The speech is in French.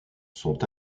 sont